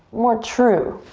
more true,